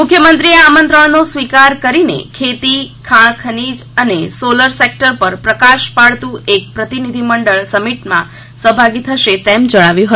મુખ્યમંત્રીએ આમંત્રણનો સ્વીકાર કરીને ખેતી ખાણ ખની અને સોલર સેક્ટર પર પ્રકાશ પાડતું એક પ્રતિનિધિમંડળ સમિટમાં સહભાગી થશે તેમ જણાવ્યું હતું